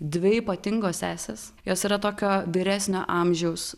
dvi ypatingos sesės jos yra tokio vyresnio amžiaus